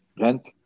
rent